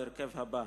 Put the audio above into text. בהרכב הבא,